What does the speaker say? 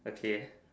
okay